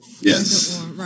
Yes